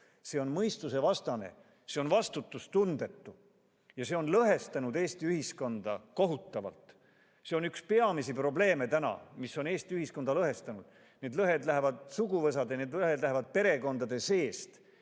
See on mõistusevastane, see on vastutustundetu ja see on lõhestanud Eesti ühiskonda kohutavalt. See on praegu üks peamisi probleeme, mis on Eesti ühiskonda lõhestanud. Need lõhed lähevad suguvõsade, perekondade seest,